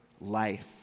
life